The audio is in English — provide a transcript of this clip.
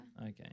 okay